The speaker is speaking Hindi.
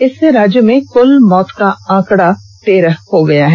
इससे राज्य में कुल मौत का आंकड़ा तेरह हो गया है